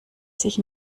sich